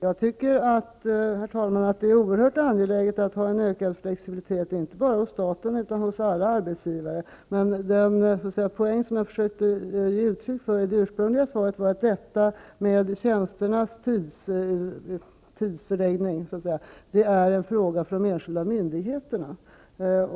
Herr talman! Det är oerhört angeläget att åstadkomma en ökad flexibilitet, inte bara hos staten utan hos alla arbetsgivare. Poängen i det ursprungliga svaret var att detta med tjänsternas tidsförläggning är en fråga för de enskilda myndigheterna.